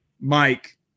Mike